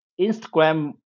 Instagram